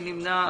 מי נמנע?